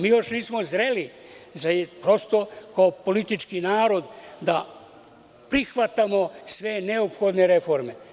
Mi još nismo zreli, prosto, kao politički narod da prihvatamo sve neophodne reforme.